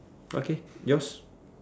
okay yours